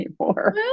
anymore